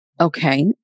Okay